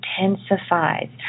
intensifies